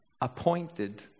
appointed